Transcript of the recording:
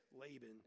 Laban